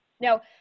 Now